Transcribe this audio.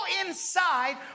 inside